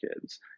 kids